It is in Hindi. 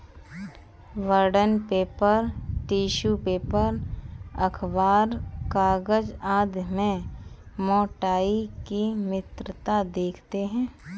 बॉण्ड पेपर, टिश्यू पेपर, अखबारी कागज आदि में मोटाई की भिन्नता देखते हैं